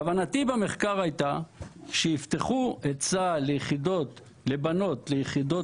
כוונתי במחקר הייתה שיפתחו את צה"ל את היחידות הלוחמות